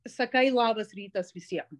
sakai labas rytas visiem